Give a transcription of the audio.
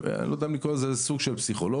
לא יודע אם לקרוא לזה סוג של פסיכולוג